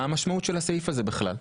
מה המשמעות של הסעיף הזה בכלל?